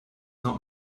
not